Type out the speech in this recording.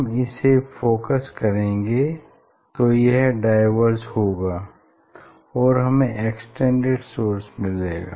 हम इसे फोकस करेंगे तो यह डाईवर्ज होगा और हमें एक्सटेंडेड सोर्स मिलेगा